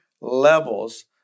levels